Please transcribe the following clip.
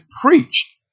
preached